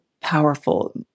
powerful